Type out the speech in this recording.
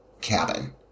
cabin